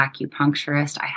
acupuncturist